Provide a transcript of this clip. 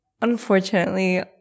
unfortunately